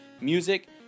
music